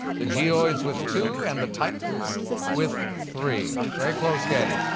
the geoids with two, and the titans with three. very close game.